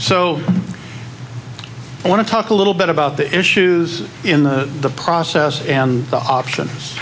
so i want to talk a little bit about the issues in the process and the options